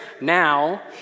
now